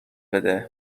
بده